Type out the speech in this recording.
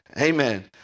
Amen